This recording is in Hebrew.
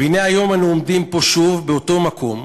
והנה היום אנו עומדים פה שוב באותו מקום,